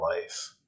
life